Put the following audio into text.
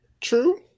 True